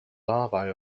larvae